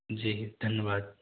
जी धन्यवाद